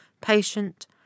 patient